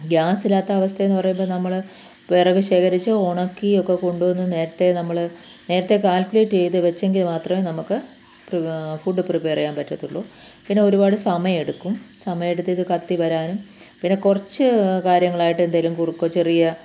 ഗ്യാസില്ലാത്ത അവസ്ഥയെന്നു പറയുമ്പം നമ്മൾ വിറകു ശേഖരിച്ച് ഉണക്കി ഒക്കെ കൊണ്ടു വന്നു നേരത്തേ നമ്മൾ നേരത്തെ കാൽക്കുലേയ്റ്റ് ചെയ്തു വെച്ചെങ്കിൽ മാത്രമേ നമുക്ക് പ്രി ഫുഡ് പ്രിപ്പെയർ ചെയ്യാൻ പറ്റത്തുള്ളു പിന്നെ ഒരുപാട് സമയമെടുക്കും സമയമെടുത്ത് ഇതു കത്തി വരാനും പിന്നെ കുറച്ച് കാര്യങ്ങളായിട്ട് എന്തെങ്കിലും ചെറിയ